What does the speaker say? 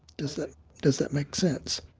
does that does that make sense?